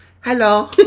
Hello